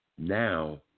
Now